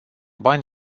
bani